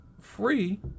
free